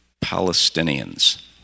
Palestinians